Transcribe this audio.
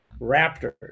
Raptors